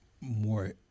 more